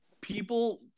people